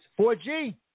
4G